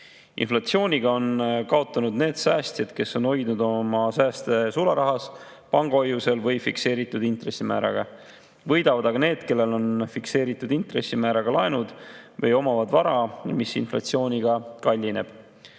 Inflatsiooni tõttu on kaotanud need säästjad, kes on hoidnud oma sääste sularahas, pangahoiusel või fikseeritud intressimääraga, võidavad aga need, kellel on fikseeritud intressimääraga laenud või kes omavad vara, mis inflatsiooniga kallineb.